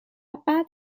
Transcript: بعد